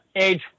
age